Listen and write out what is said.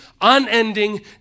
unending